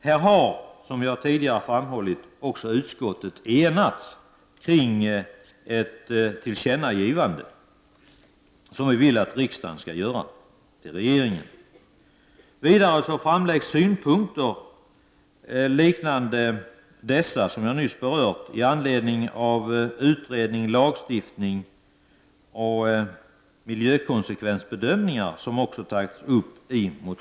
Här har — som tidigare framhållits — också utskottet enats om att riksdagen skall göra ett tillkännagivande till regeringen. Vidare framläggs i motionsyrkanden synpunkter liknande dem som jag just berörde i anledning av utredning, lagstiftning och miljökonsekvensbedömningar.